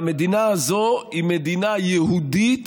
והמדינה הזאת היא מדינה יהודית,